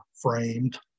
framed